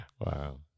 Wow